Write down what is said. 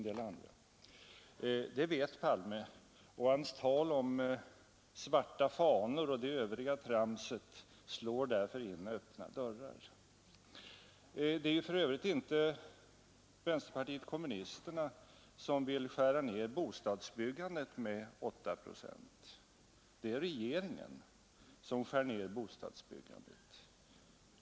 Det vet herr Palme, och hans tal om svarta fanor och det övriga tramset slår därför in öppna dörrar. Det är för övrigt inte vänsterpartiet kommunisterna som vill skära ned bostadsbyggandet med 8 procent — det är regeringen som skär ner bostadsbyggandet.